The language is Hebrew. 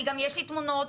יש לי גם תמונות,